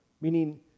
Meaning